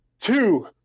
Two